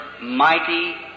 mighty